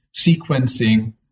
sequencing